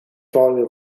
volume